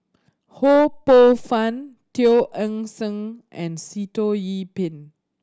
Ho Poh Fun Teo Eng Seng and Sitoh Yih Pin